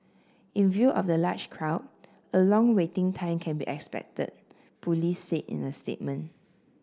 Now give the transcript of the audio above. in view of the large crowd a long waiting time can be expected Police said in the statement